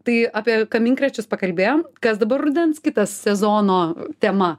tai apie kaminkrėčius pakalbėjom kas dabar rudens kitas sezono tema